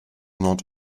not